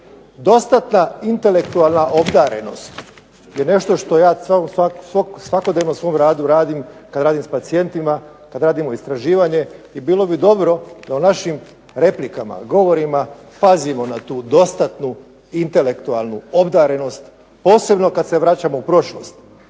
Dostatna intelektualna obdarenost je nešto što ja svakodnevno u svom radu radim kad radim s pacijentima, kad radimo istraživanje i bilo bi dobro da u našim replikama, govorima pazimo na tu dostatnu intelektualnu obdarenost, posebno kad se vraćamo u prošlost.